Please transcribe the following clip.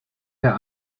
der